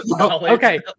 Okay